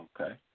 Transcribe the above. Okay